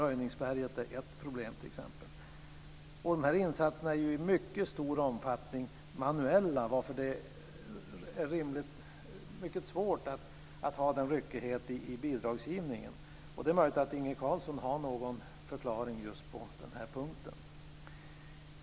Röjningsberget är t.ex. ett problem. De här insatserna är i mycket stor omfattning manuella, varför det är mycket svårt att ha denna ryckighet i bidragsgivningen. Det är möjligt att Inge Carlsson har någon förklaring just på den här punkten.